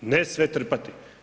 Ne sve trpati.